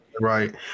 right